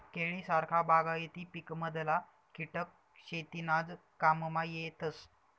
केळी सारखा बागायती पिकमधला किटक शेतीनाज काममा येतस